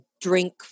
drink